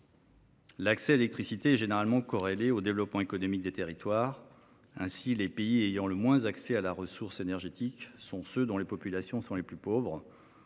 L’accès à l’électricité est généralement corrélé au développement économique des territoires. Ainsi, les pays ayant le moins accès à la ressource énergétique sont ceux dont les populations sont les plus pauvres.